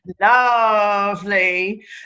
Lovely